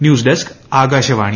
news desk Akashvani